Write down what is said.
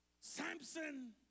Samson